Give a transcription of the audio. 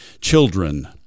Children